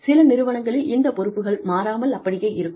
சில நிறுவனங்களில் இந்த பொறுப்புகள் மாறாமல் அப்படியே இருக்கும்